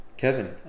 Kevin